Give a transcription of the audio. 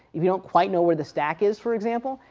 if you don't quite know where the stack is for example,